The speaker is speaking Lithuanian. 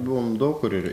buvom daug kur ir